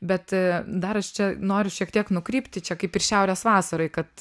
bet dar aš čia noriu šiek tiek nukrypti čia kaip ir šiaurės vasaroj kad